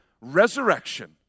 resurrection